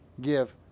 give